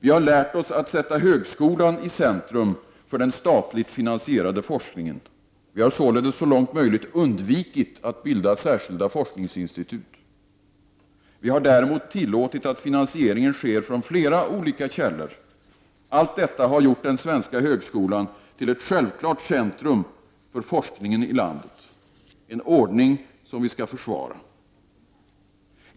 Vi har lärt oss att sätta högskolan i centrum för den statlig finansierade forskningen. Vi har således så långt möjligt undvikit att bilda olika forskningsinstitut. Vi har däremot tillåtit att finansieringen sker från flera olika källor. Allt detta har gjort den svenska högskolan till ett självklart centrum för forskningen i landet — en ordning som vi skall försvara.